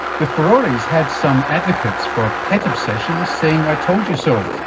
the furore has had some advocates for pet obsessions saying i told you so.